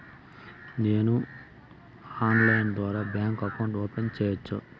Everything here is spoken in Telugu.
నేను ఆన్లైన్ ద్వారా బ్యాంకు అకౌంట్ ఓపెన్ సేయొచ్చా?